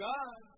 God